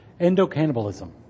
endocannibalism